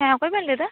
ᱦᱮᱸ ᱚᱠᱚᱭᱵᱤᱱ ᱞᱟ ᱭ ᱮᱫᱟ